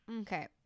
Okay